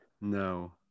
No